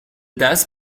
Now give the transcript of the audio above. des